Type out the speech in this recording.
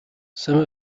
some